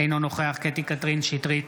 אינו נוכח קטי קטרין שטרית,